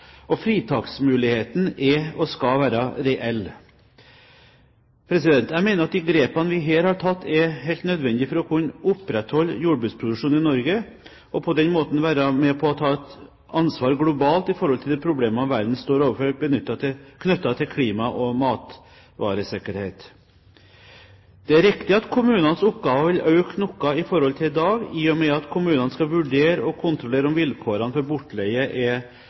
bortleie. Fritaksmuligheten er og skal være reell. Jeg mener at de grepene vi her har tatt, er helt nødvendige for å kunne opprettholde jordbruksproduksjonen i Norge og på den måten være med på å ta et ansvar globalt i forhold til de problemene verden står overfor knyttet til klima og matvaresikkerhet. Det er riktig at kommunenes oppgaver vil øke noe i forhold til i dag, i og med at kommunene skal vurdere og kontrollere om vilkårene for bortleie er